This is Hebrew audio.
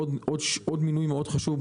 עוד מינוי חשוב מאוד,